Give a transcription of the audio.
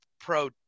Pro